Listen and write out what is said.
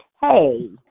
Hey